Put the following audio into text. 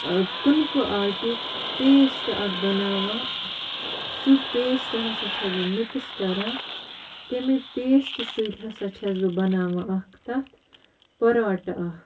ٲں کٕنکہٕ آٹیٛک پیسٹ اکھ بناوان سُہ پیسٹ ہسا چھیٚس بہٕ مِکٕس کران تَمے پیسٹہٕ سۭتۍ ہسا چھیٚس بہٕ بناوان اَکھ تتھ پۄراٹہٕ اکھ